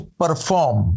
perform